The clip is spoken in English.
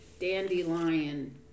dandelion